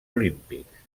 olímpics